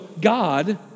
God